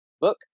book